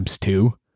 two